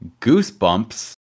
Goosebumps